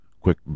quick